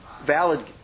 valid